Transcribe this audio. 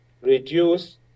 reduce